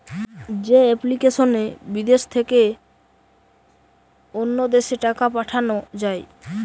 যে এপ্লিকেশনে বিদেশ থেকে অন্য দেশে টাকা পাঠান যায়